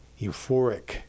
euphoric